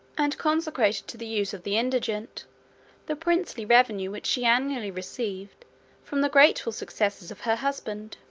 and consecrated to the use of the indigent the princely revenue which she annually received from the grateful successors of her husband.